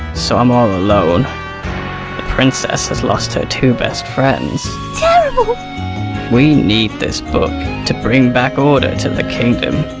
so i'm all alone. the princess has lost her two best friends. we need this book to bring back order to the kingdom!